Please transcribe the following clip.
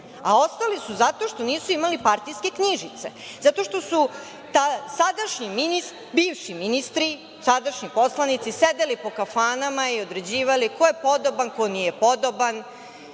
Ostali su zato što nisu imali partijske knjižice. Zato što su bivši ministri, sadašnji poslanici sedeli po kafanama i određivali ko je podoban, ko nije podoban.